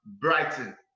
Brighton